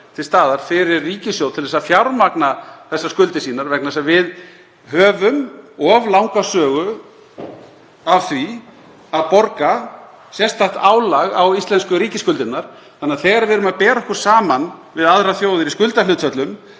til staðar fyrir ríkissjóð til að fjármagna þessar skuldir sínar. Við höfum of langa sögu af því að borga sérstakt álag á íslensku ríkisskuldirnar. Þegar við erum að bera okkur saman við aðrar þjóðir í skuldahlutföllum